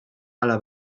ala